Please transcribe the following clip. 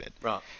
Right